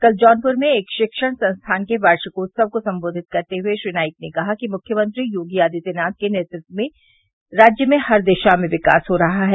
कल जौनपुर में एक शिक्षण संस्थान के वार्षिकोत्सव को संबोधित करते हुए श्री नाईक ने कहा कि मुख्यमंत्री योगी आदित्यनाथ के नेतृत्व में राज्य में हर दिशा में विकास हो रहा है